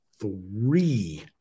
three